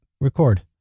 record